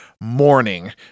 morning